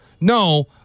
No